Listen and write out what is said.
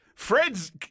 Fred's